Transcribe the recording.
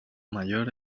mayor